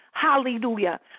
Hallelujah